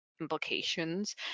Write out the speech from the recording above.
Implications